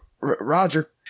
Roger